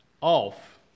off